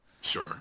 Sure